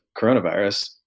coronavirus